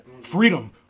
Freedom